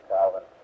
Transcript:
Calvin